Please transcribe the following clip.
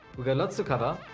we got lots to cover.